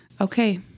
Okay